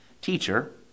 Teacher